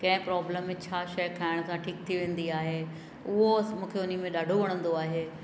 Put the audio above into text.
कंहिं प्रोब्लम में छा शइ खाइण सां ठीक थी वेंदी आहे उहो मूंखे उन ई में ॾाढो वणंदो आहे